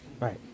Right